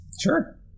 Sure